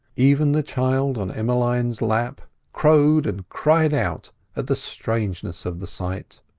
even the child on emmeline's lap crowed and cried out at the strangeness of the sight.